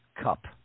Cup